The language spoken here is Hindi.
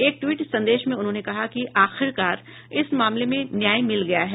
एक ट्वीट संदेश में उन्होंने कहा कि आखिरकार इस मामले में न्याय मिल गया है